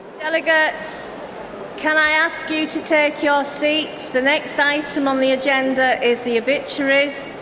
delegates can i ask you to take your seats, the next item on the agenda is the obituaries.